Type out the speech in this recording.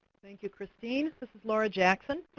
thank you, kristine. this laura jackson,